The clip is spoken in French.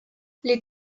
les